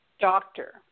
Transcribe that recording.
doctor